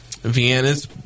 Vienna's